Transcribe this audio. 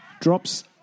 Drops